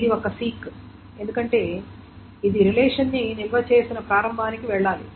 ఇది ఒక సీక్ ఎందుకంటే ఇది రిలేషన్ని నిల్వ చేసిన ప్రారంభానికి వెళ్లాలి